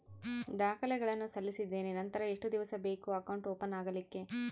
ದಾಖಲೆಗಳನ್ನು ಸಲ್ಲಿಸಿದ್ದೇನೆ ನಂತರ ಎಷ್ಟು ದಿವಸ ಬೇಕು ಅಕೌಂಟ್ ಓಪನ್ ಆಗಲಿಕ್ಕೆ?